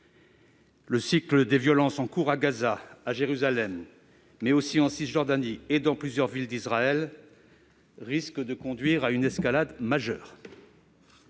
Le cycle des violences en cours à Gaza, à Jérusalem, mais aussi en Cisjordanie et dans plusieurs villes d'Israël risque de conduire à une escalade majeure.